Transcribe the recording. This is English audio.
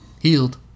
healed